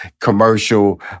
commercial